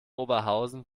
oberhausen